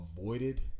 avoided